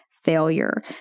Failure